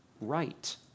right